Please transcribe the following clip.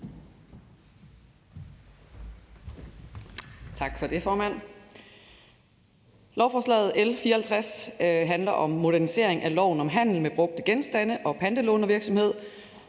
Tak for det, formand.